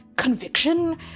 Conviction